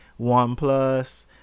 OnePlus